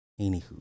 Anywho